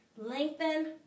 lengthen